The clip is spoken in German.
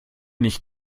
nicht